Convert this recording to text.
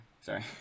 Sorry